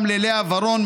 גם ללאה ורון,